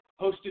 hosted